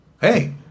hey